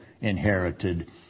inherited